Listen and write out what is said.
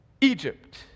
Egypt